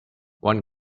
one